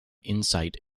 insight